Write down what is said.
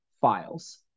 files